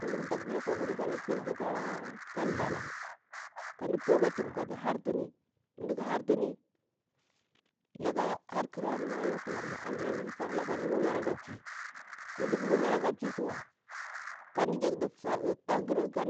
Mu mda dakɓula koguni tun mda hertini ka tsalang ka mda pu tuwyum ka mda hartini mu mda ƙa hartuni har ƙarani a ya kulamya ka mda wunari aka mchi mu mda wunari aka mchi tsuwa ka mda